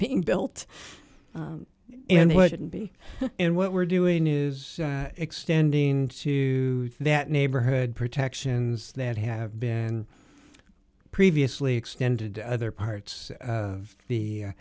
being built and it wouldn't be and what we're doing is extending into that neighborhood protections that have been previously extended to other parts of the